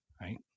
right